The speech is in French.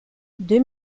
deux